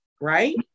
right